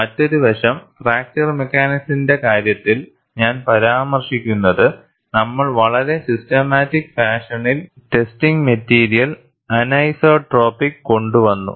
മറ്റൊരു വശം ഫ്രാക്ചർ മെക്കാനിക്സിന്റെ കാര്യത്തിലും ഞാൻ പരാമർശിക്കുന്നുണ്ട് നമ്മൾ വളരെ സിസ്റ്റമാറ്റിക് ഫാഷണിൽ ടെസ്റ്റിംഗ് മെറ്റീരിയൽ അനീസോട്രോപി കൊണ്ടുവന്നു